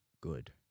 good